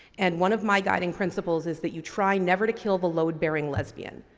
and one of my guiding principles is that you try never to kill the loadbearing lesbian.